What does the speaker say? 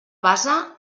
base